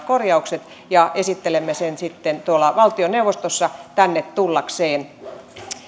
korjaukset ja esittelemme sen sitten valtioneuvostossa tänne tullakseen